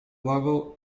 level